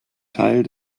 teil